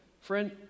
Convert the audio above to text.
Friend